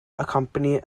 accompany